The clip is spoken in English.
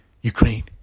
Ukraine